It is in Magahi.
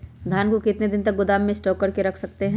धान को कितने दिन को गोदाम में स्टॉक करके रख सकते हैँ?